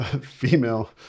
Female